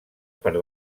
per